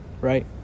right